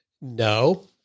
No